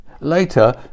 Later